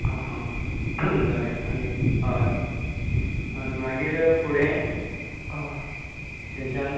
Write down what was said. आं हां हां जालें आनी हय आनी मागीर फुडें थंनच्यान